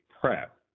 PrEP